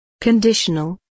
Conditional